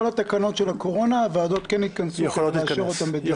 בכל התקנות של הקורונה הוועדות כן יתכנסו ונאשר און בדיעבד.